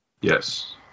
Yes